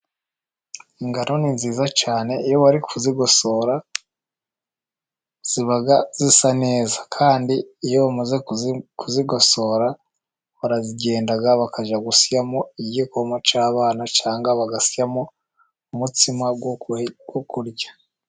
Ingano ni nziza cyane, iyo bari kuzigosora ziba zisa neza. Kandi iyo bamaze kuzigosora baragenda bakajya gusyamo igikoma cy'abana, cyangwa bagasyamo umutsima wo kurya.